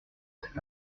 cet